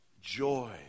joy